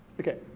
okay.